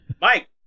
Mike